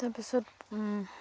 তাৰ পিছত